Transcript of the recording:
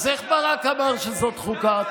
אז איך ברק אמר שזאת חוקה?